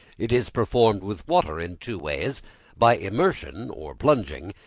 it is performed with water in two ways by immersion, or plunging,